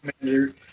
manager